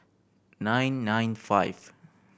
nine nine five